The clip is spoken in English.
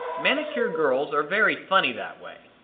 manicure girls are very funny that way.